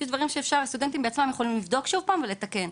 יש דברים שהסטודנטים עצמם יכולים לבדוק שוב ולתקן.